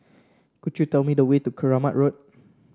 could you tell me the way to Keramat Road